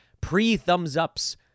pre-thumbs-ups